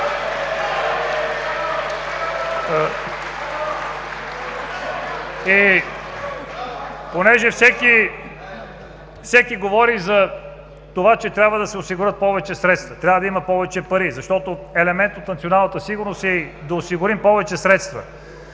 И понеже всеки говори за това, че трябва да се осигурят повече средства, трябва да има повече пари, защото елемент от националната сигурност е и това да осигурим повече средства,